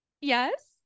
Yes